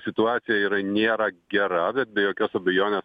situacija yra nėra gera bet be jokios abejonės